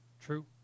True